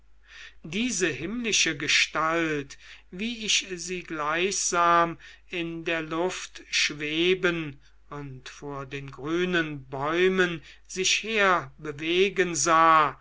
diese himmlische gestalt wie ich sie gleichsam in der luft schweben und vor den grünen bäumen sich her bewegen sah